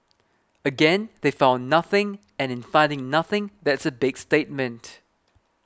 again they found nothing and in finding nothing that's a big statement